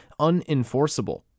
unenforceable